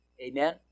Amen